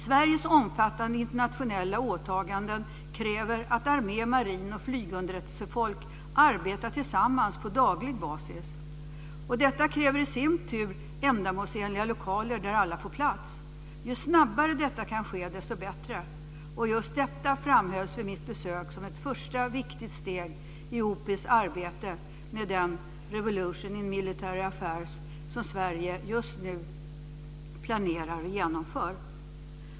Sveriges omfattande internationella åtaganden kräver att armé-, marin och flygunderrättelsefolk arbetar tillsammans på daglig basis. Detta kräver i sin tur ändamålsenliga lokaler där alla får plats. Ju snabbare detta kan ske, desto bättre. Just detta framhölls vid mitt besök som ett första viktigt steg i OPIL:s arbete med den revolution in military affairs som Sverige just nu planerar och genomför.